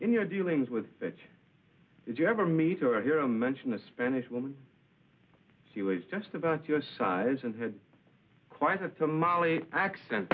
in your dealings with that did you ever meet or hear and mention a spanish woman she was just about your size and had quite a tamale accent